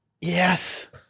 yes